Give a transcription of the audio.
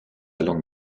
langue